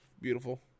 beautiful